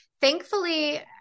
thankfully